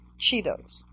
Cheetos